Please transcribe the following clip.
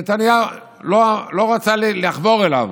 נתניהו לא רצה לחבור אליו.